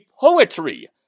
poetry